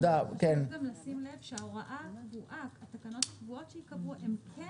צריך גם לשים לב שההוראה הקבועה והתקנות הקבועות שייקבעו הן כן